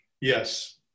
yes